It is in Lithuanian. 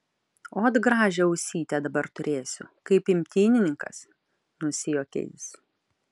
ot gražią ausytę dabar turėsiu kaip imtynininkas nusijuokė jis